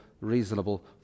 reasonable